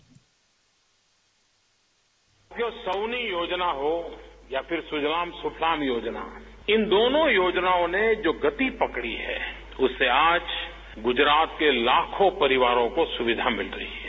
bite जो साउनी योजना हो या फिर सुजलाम सुफलाम योजना इन दोनों योजनाओं ने जो गति पकड़ी है उससे आज गुजरात के लाखों परिवारों को सुविधा मिल रही है